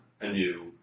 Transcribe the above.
anew